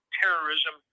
terrorism